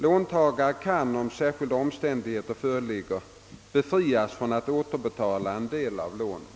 Låntagare kan, om särskilda omständigheter föreligger, befrias från att återbetala en del av lånet.